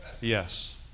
yes